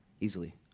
easily